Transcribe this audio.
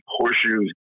horseshoes